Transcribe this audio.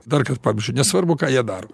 darkart pabrėžiu nesvarbu ką jie daro